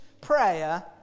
prayer